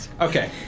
Okay